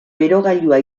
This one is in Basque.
berogailua